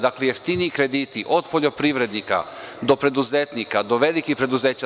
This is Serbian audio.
Dakle, jeftiniji krediti, od poljoprivrednika do preduzetnika, do velikih preduzeća.